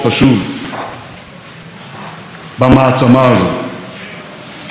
כדי להדק עוד יותר את היחסים הכלכליים עם